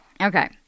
Okay